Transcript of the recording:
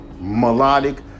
melodic